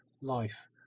life